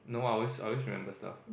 no I always I always remember stuff